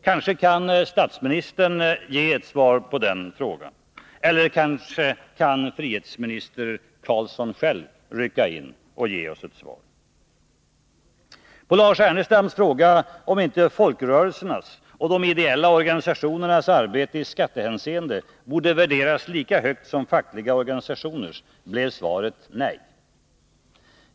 Kanske kan statsministern ge ett svar på den frågan, eller kanske frihetsminister Carlsson själv kan rycka in och ge oss ett svar. På Lars Ernestams fråga, om inte folkrörelsernas och de idéella organisationernas arbete i skattehänseende borde värderas lika högt som fackliga organisationers, blev svaret nej.